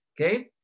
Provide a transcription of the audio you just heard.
Okay